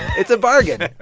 it's a bargain.